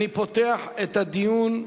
אני פותח את הדיון.